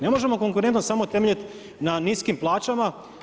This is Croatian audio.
Ne možemo konkurentnost samo temeljiti na niskim plaćama.